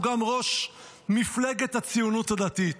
הוא גם ראש מפלגת הציונות הדתית.